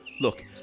look